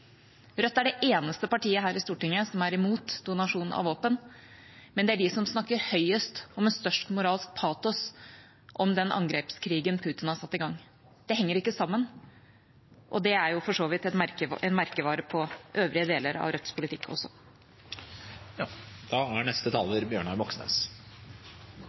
Rødt er det eneste partiet her i Stortinget som er imot donasjon av våpen, men det er de som snakker høyest og med størst moralsk patos om den angrepskrigen Putin har satt i gang. Det henger ikke sammen, og det er jo for så vidt en merkevare for øvrige deler av Rødts politikk også.